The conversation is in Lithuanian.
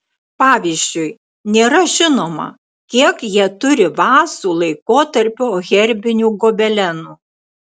pavyzdžiui nėra žinoma kiek jie turi vazų laikotarpio herbinių gobelenų